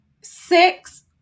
Six